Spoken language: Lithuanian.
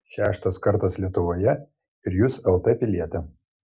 šeštas kartas lietuvoje ir jūs lt pilietė